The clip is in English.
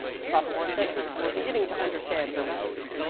the sophomore centres were beginning to understand her methods,